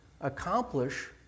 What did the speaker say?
accomplish